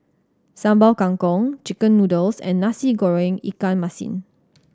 Sambal Kangkong chicken noodles and Nasi Goreng ikan masin